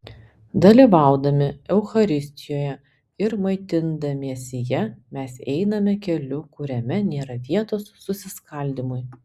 dalyvaudami eucharistijoje ir maitindamiesi ja mes einame keliu kuriame nėra vietos susiskaldymui